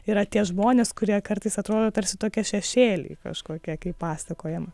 yra tie žmonės kurie kartais atrodo tarsi tokie šešėliai kažkokie kai pasakojama